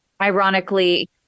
ironically